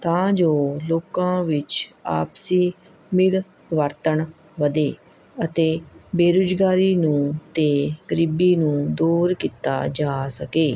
ਤਾਂ ਜੋ ਲੋਕਾਂ ਵਿੱਚ ਆਪਸੀ ਮਿਲਵਰਤਣ ਵਧੇ ਅਤੇ ਬੇਰੁਜ਼ਗਾਰੀ ਨੂੰ ਅਤੇ ਗਰੀਬੀ ਨੂੰ ਦੂਰ ਕੀਤਾ ਜਾ ਸਕੇ